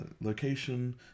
location